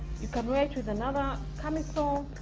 you can wear it with another camisole